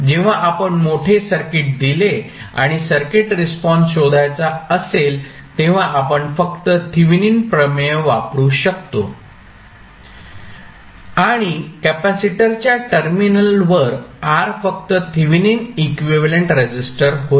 जेव्हा आपण मोठे सर्किट दिले आणि सर्किट रिस्पॉन्स शोधायचा असेल तेव्हा आपण फक्त थेव्हिनिन प्रमेय वापरू शकता आणि कॅपेसिटरच्या टर्मिनल वर R फक्त थेव्हिनिन इक्विव्हॅलेंट रेसिस्टर होईल